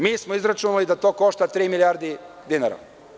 Mi smo izračunali da to košta tri milijarde dinara.